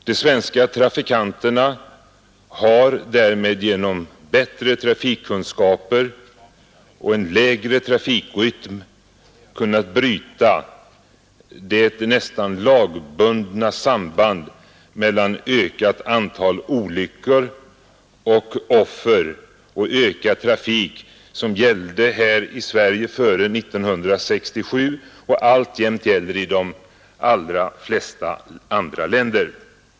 De svenska trafikanterna har därmed genom bättre trafikkunskaper och en lägre trafikrytm kunnat bryta det nästan lagbundna samband mellan ökad trafik och ökat antal olyckor och offer som gällde här i Sverige före 1967 och alltjämt gäller i de allra flesta andra länder.